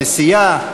הנשיאה,